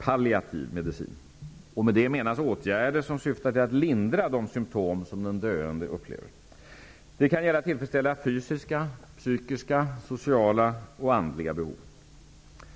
palliativ medicin. Med det menas åtgärder som syftar till att lindra de symtom som den döende upplever. Det kan gälla att tillfredsställa fysiska, psykiska, sociala och andliga behov.